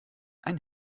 ein